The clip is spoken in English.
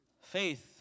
Faith